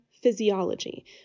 physiology